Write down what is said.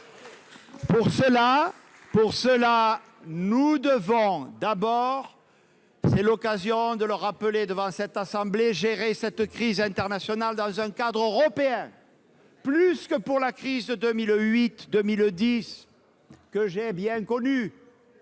Pour cela, nous devons tout d'abord- je profite de l'occasion pour le rappeler devant la Haute Assemblée - gérer la crise internationale dans un cadre européen. Plus que pour la crise de 2008-2010, que j'ai bien connue,